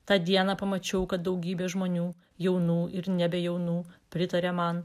tą dieną pamačiau kad daugybė žmonių jaunų ir nebejaunų pritarė man